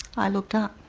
i looked up,